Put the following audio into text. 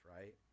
right